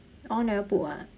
all never put [what]